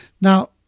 Now